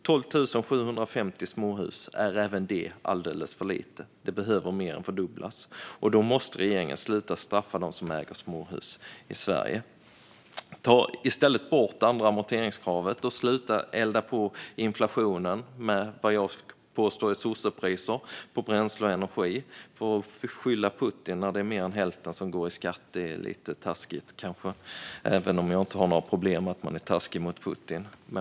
12 750 småhus är även det alldeles för lite; det behöver mer än fördubblas. Då måste regeringen sluta straffa dem som äger småhus i Sverige. Ta i stället bort andra amorteringskravet och sluta elda på inflationen med vad jag påstår är sossepriser på bränsle och energi. Att skylla på Putin när mer än hälften går till skatt är kanske lite taskigt - även om jag inte har några problem med att man är taskig mot Putin.